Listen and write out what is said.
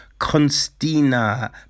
Constina